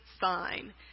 sign